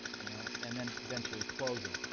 you know and then eventually closing.